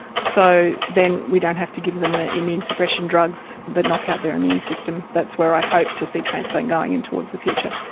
so then we don't have to give them immune suppression drugs that knock out their immune system. that's where i hope to see transplant going and towards the future.